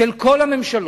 של כל הממשלות,